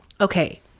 okay